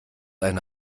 eine